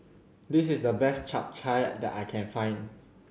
this is the best Chap Chai that I can find